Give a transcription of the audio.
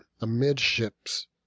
amidships